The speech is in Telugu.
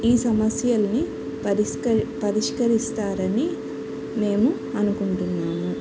ఈ సమస్యల్ని పరిష్కరి పరిష్కరిస్తారని మేము అనుకుంటున్నాము